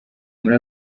muri